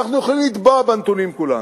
אנחנו יכולים לטבוע בנתונים, כולנו.